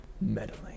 Meddling